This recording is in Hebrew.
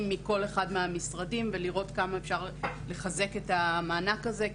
מכל אחד מהמשרדים ולראות כמה אפשר לחזק את המענק הזה.